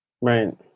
Right